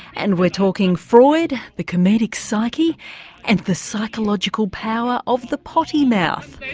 and we're talking freud, the comedic psyche and the psychological power of the potty mouth.